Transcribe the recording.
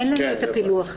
אין לנו את הפילוח הזה,